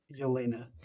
Yelena